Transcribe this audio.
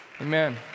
Amen